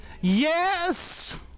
Yes